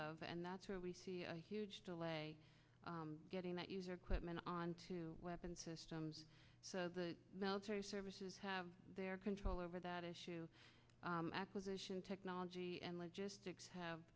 of and that's where we see a huge delay getting that user quitman on to weapons systems so the military services have their control over that issue acquisition technology and logistics have